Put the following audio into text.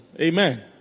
Amen